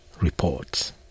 reports